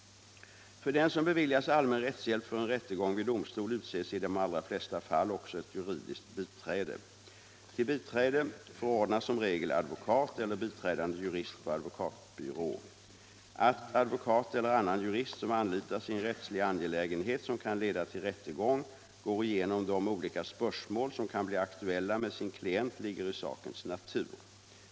För den som beviljas allmän rättshjälp för en rättegång vid domstol utses i de allra flesta fall också ett juridiskt biträde. Till biträde förordnas som regel advokat eller biträdande jurist på advokatbyrå. Att advokat eller annan jurist som anlitas i en rättslig angelägenhet som kan leda till rättegång går igenom de olika spörsmål som kan bli aktuella med sin klient ligger i sakens natur.